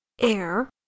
air